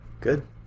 Good